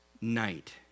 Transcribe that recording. night